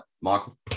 Michael